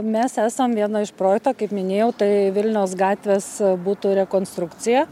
mes esam vieno iš projekto kaip minėjau tai vilniaus gatvės butų rekonstrukcija